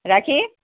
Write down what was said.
রাখি